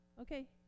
okay